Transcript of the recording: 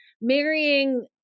Marrying